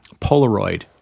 Polaroid